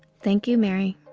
thank you, mary